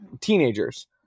teenagers